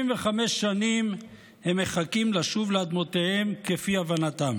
75 שנים הם מחכים לשוב לאדמותיהם, כפי הבנתם,